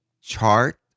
chart